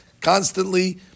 constantly